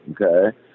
okay